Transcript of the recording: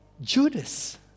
Judas